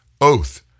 oath